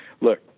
look